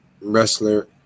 wrestler